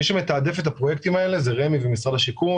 מי שמתעדף את הפרויקטים זה רמ"י ומשרד השיכון.